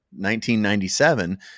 1997